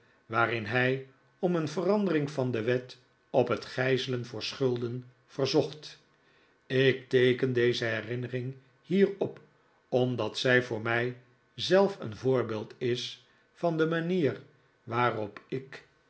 waarin hij om een verandering van de wet op het gijzelen voor schulden verzocht ik teeken deze herinnering hier op pmdat zij voor mij zelf een voorbeeld is van de manier waarop ik